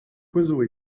oiseau